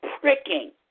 pricking